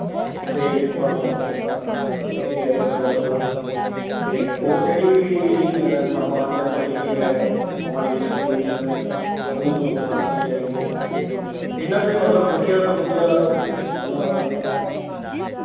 ਉੱਥੇ ਤੁਹਾਨੂੰ ਲੈ ਕੇ ਜਾਵੇਗਾ ਸਾਡਾ ਬੰਦਾ ਅਤੇ ਹੋਰ ਜਿਹੜੀ ਵੀ ਥਾਵਾਂ ਹਨ ਚੱਪੜ ਚਿੜੀ ਹੈ ਮੋਹਾਲੀ ਡਿਸਟ੍ਰਿਕਟ ਦੇ ਵਿੱਚ ਉਹ ਵੀ ਤੁਹਾਨੂੰ ਦਿਖਾ ਦਿੱਤੀ ਜਾਵੇਗੀ ਇੰਨਾ ਵੀ ਮਤਲਬ ਵਧੀਆ ਤੋਂ ਵਧੀਆ